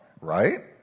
right